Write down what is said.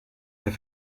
der